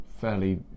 fairly